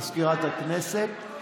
מזכירת הכנסת,